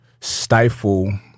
stifle